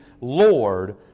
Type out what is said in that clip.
Lord